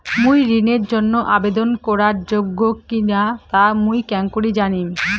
মুই ঋণের জন্য আবেদন করার যোগ্য কিনা তা মুই কেঙকরি জানিম?